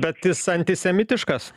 bet jis antisemitiškas